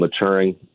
maturing